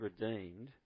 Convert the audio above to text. redeemed